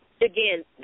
again